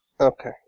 Okay